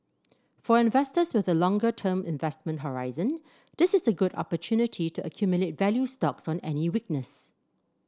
for investors with a longer term investment horizon this is a good opportunity to accumulate value stocks on any weakness